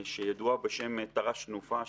שידועה בשם תר"ש תנופה,